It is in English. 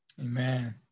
Amen